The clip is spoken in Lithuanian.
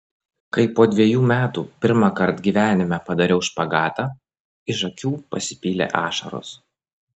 kai po dvejų metų pirmąkart gyvenime padariau špagatą iš akių pasipylė ašaros